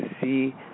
see